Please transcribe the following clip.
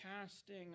casting